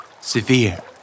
Severe